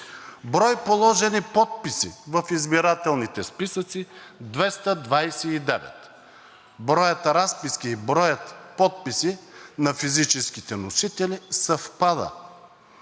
брой положени подписи в избирателните списъци – 229. Броят разписки и броят подписи на физическите носители съвпада.